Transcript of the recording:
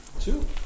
Two